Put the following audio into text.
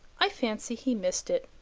i fancy he missed it.